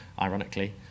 ironically